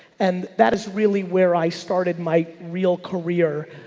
and that is really where i started my real career.